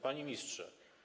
Panie Ministrze!